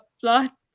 plot